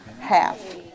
half